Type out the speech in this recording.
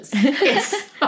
Yes